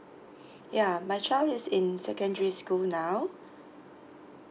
ya my child is in secondary school now